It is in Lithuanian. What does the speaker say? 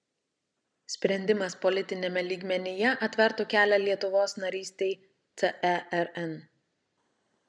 sprendimas politiniame lygmenyje atvertų kelią lietuvos narystei cern